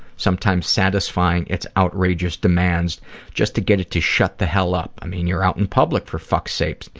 sometimes satisfying its outrageous demands just to get it to shut the hell up, i mean you're out in public, for fuck's sake.